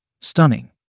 Stunning